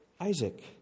Isaac